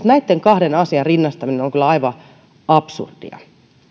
näitten kahden asian rinnastaminen on kyllä aivan absurdia